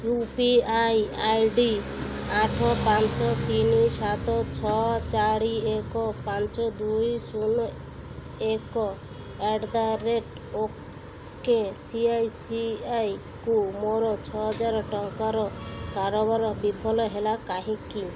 you P I I D ଆଠ ପାଞ୍ଚ ତିନି ସାତ ଛଅ ଚାରି ଏକ ପାଞ୍ଚ ଦୁଇ ଶୂନ ଏକ ଆଟ୍ ଦ ରେଟ୍ ଓକେସିଆଇସିଆଇକୁ ମୋର ଛଅହଜାର ଟଙ୍କାର କାରବାର ବିଫଳ ହେଲା କାହିଁକି